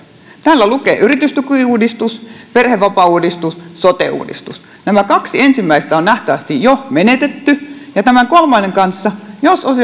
täällä lukee yritystukiuudistus perhevapaauudistus sote uudistus nämä kaksi ensimmäistä on nähtävästi jo menetetty ja jos tämän kolmannen kanssa